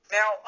Now